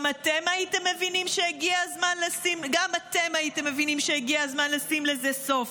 גם אתם הייתם מבינים שהגיע הזמן לשים לזה סוף.